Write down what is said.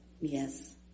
Yes